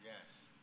Yes